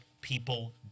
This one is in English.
people